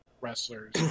wrestlers